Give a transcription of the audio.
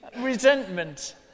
resentment